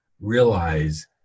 realize